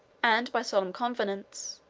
and by solemn covenants,